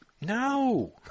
No